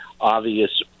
obvious